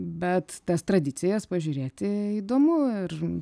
bet tas tradicijas pažiūrėti įdomu ir